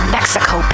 Mexico